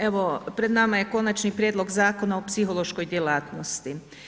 Evo, pred nama je Konačni prijedlog Zakona o psihološkoj djelatnosti.